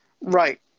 Right